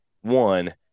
one